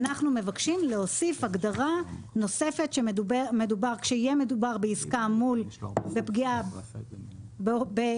אנחנו מבקשים להוסיף הגדרה נוספת שכשיהיה מדובר בעסקה בפגיעה בקשיש,